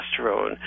testosterone